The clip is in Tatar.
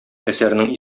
әсәрнең